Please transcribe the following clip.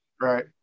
Right